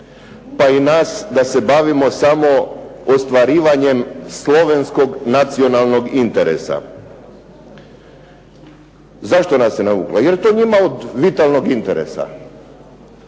pa i nas da se bavimo samo ostvarivanjem slovenskog nacionalnog interesa. Zašto nas je navukla, jer je to njima od vitalnog interesa.